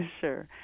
Sure